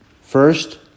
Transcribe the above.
First